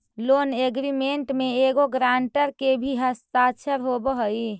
loan agreement में एगो guarantor के भी हस्ताक्षर होवऽ हई